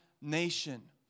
nation